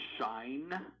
Shine